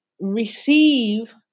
receive